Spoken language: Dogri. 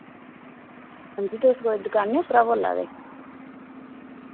हांजी तुस कोई दुकाने उप्परा बोल्ला दे